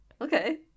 okay